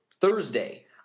Thursday